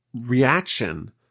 reaction